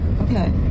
Okay